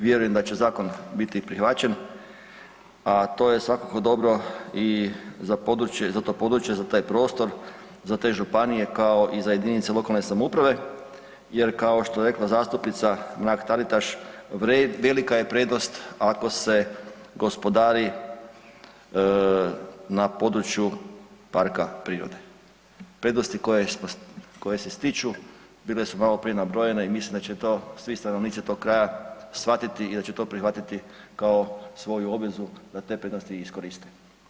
Vjerujem da će zakon biti prihvaćen, a to je svakako dobro i za to područje, za taj prostor, za te županije kao i za jedinice lokalne samouprave jer kao što je rekla zastupnica Mrak Taritaš, velika je prednost ako se gospodari na području parka prirode, prednosti koje se stiču bile su maloprije nabrojene i mislim da će to svi stanovnici tog kraja shvatiti i da će to prihvatiti kao svoju obvezu da te prednosti i iskoriste.